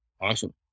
awesome